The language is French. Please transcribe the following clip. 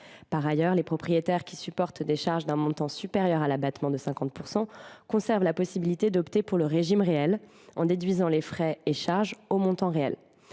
Par ailleurs, les propriétaires qui supportent des charges d’un montant supérieur à l’abattement de 50 % conservent la possibilité d’opter pour le régime réel, c’est à dire la déduction du montant réel